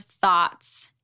thoughts